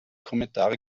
kommentare